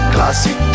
Classic